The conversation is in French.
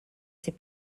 ces